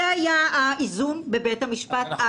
זה היה האיזון בבית המשפט אז בפרוטוקול.